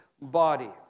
body